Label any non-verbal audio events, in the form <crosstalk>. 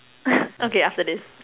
<laughs> okay after this